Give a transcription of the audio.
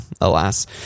alas